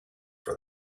for